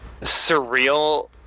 surreal